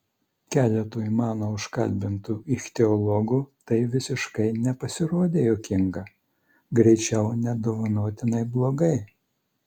keletui mano užkalbintų ichtiologų tai visiškai nepasirodė juokinga greičiau nedovanotinai blogai